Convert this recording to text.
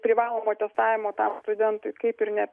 privalomo testavimo tam studentui kaip ir ne